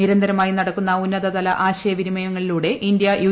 നിരന്തരമായി നടക്കുന്ന ഉന്നതതല ആശയവിനിമ യങ്ങളിലൂടെ ഇന്ത്യ യു